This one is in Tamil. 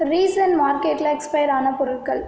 ரீசண்ட் மார்க்கெட்டில் எக்ஸ்பயர் ஆன பொருட்கள்